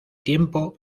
tiempo